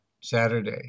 Saturday